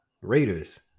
Raiders